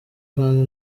kandi